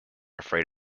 afraid